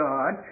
God